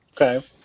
Okay